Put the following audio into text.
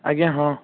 ଆଜ୍ଞା ହଁ